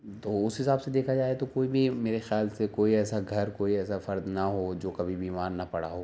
تو اس حساب سے دیکھا جائے تو کوئی بھی میرے خیال سے کوئی ایسا گھر کوئی ایسا فرد نہ ہو جو کبھی بیمار نہ پڑا ہو